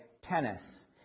tennis